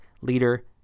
leader